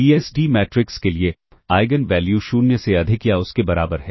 P S D matrix के लिए eigenvalue 0 से अधिक या उसके बराबर है